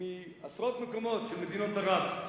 מעשרות מקומות של מדינות ערב,